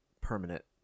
permanent